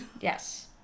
Yes